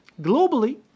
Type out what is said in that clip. Globally